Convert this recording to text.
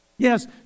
Yes